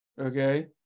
okay